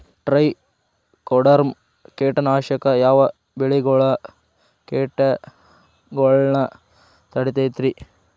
Trichoderma ಕೇಟನಾಶಕ ಯಾವ ಬೆಳಿಗೊಳ ಕೇಟಗೊಳ್ನ ತಡಿತೇತಿರಿ?